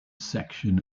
section